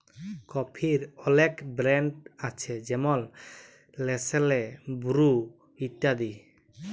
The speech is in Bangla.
কফির অলেক ব্র্যাল্ড আছে যেমল লেসলে, বুরু ইত্যাদি